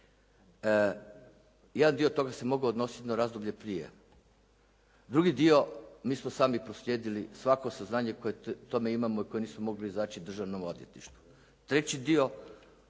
jedan dio toga bi se mogao odnositi na razdoblje prije. Drugi dio, mi smo sami proslijedili svako saznanje koje o tome imamo i koje nismo mogli … /Govornik se ne razumije./